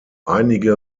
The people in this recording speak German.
einige